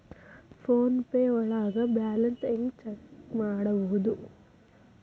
Phone pay ಒಳಗ balance ಹೆಂಗ್ check ಮಾಡುವುದು?